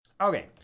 Okay